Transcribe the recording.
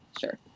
sure